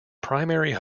primary